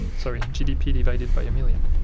sorry, gdp divided by a million.